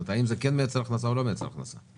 האם זה כן מייצר הכנסה או לא מייצר הכנסה,